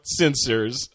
sensors